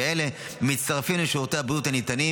ואלה מצטרפים לשירותי הבריאות הניתנים